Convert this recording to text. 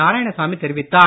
நாராயணசாமி தெரிவித்தார்